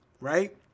right